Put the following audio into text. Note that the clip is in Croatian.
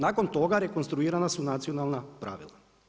Nakon toga, rekonstruirana su nacionalna pravila.